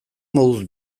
moduz